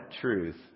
truth